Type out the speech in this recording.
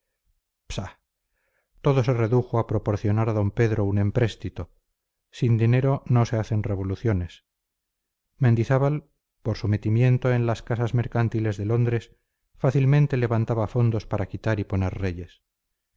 todo se redujo a proporcionar a d pedro un empréstito sin dinero no se hacen revoluciones mendizábal por su metimiento en las casas mercantiles de londres fácilmente levantaba fondos para quitar y poner reyes